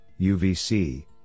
UVC